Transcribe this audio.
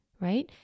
right